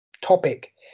topic